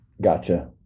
Gotcha